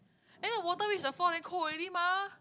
then the water reach the floor then cold already mah